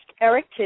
Eric